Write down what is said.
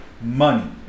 money